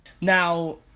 Now